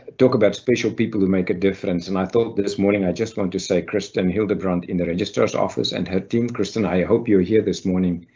talk about special people who make a difference. and i thought this morning, i just want to say kristen hildebrandt in the registrar's office and her team kristen, i hope you're here this morning.